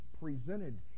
presented